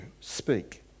speak